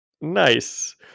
Nice